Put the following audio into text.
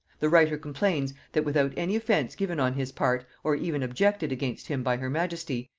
the writer complains, that without any offence given on his part, or even objected against him by her majesty,